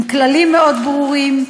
עם כללים מאוד ברורים.